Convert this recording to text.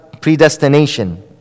predestination